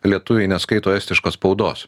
lietuviai neskaito estiškos spaudos